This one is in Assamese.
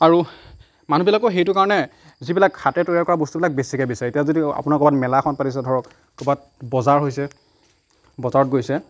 আৰু মানুহবিলাকো সেইটো কাৰণে যিবিলাক হাতেৰে তৈয়াৰ কৰা বস্তুবিলাক বেছিকৈ বিচাৰে এতিয়া যদি আপোনাৰ ক'ৰবাত মেলা এখন পাতিছে ধৰক ক'ৰবাত বজাৰ হৈছে বজাৰত গৈছে